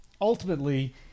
ultimately